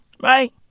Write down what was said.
Right